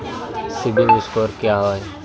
CIBIL score क्या है?